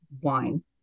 wine